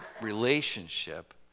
relationship